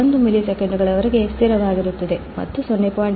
1 ಮಿಲಿಸೆಕೆಂಡುಗಳವರೆಗೆ ಸ್ಥಿರವಾಗಿರುತ್ತದೆ ಮತ್ತು 0